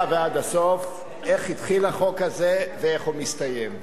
ועד הסוף איך התחיל החוק הזה ואיך הוא מסתיים.